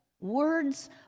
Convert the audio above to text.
words